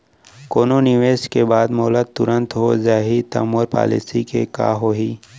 कोनो निवेश के बाद मोला तुरंत हो जाही ता मोर पॉलिसी के का होही?